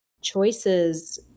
choices